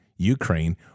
Ukraine